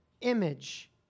image